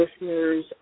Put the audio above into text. listeners